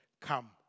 come